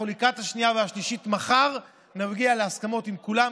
לקראת השנייה והשלישית מחר נגיע להסכמות עם כולם,